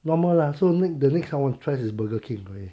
normal lah so next the next I want to try the burger king already